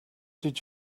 did